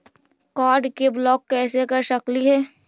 Card के block कैसे कर सकली हे?